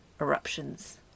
eruptions